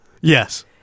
Yes